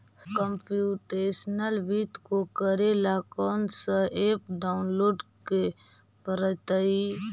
computational वित्त को करे ला कौन स ऐप डाउनलोड के परतई